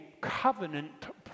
covenant